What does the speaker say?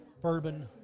bourbon